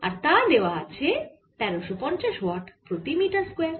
আর তা দেওয়া আছে 1350 ওয়াট প্রতি মিটার স্কয়ার